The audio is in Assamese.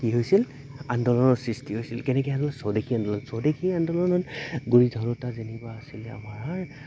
কি হৈছিল আন্দোলনৰ সৃষ্টি হৈছিল কেনেকৈ আ স্বদেশী আন্দোলন স্বদেশী আন্দোলনৰ গুৰি ধৰোঁতা যেনিবা আছিলে আমাৰ